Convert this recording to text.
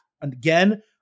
again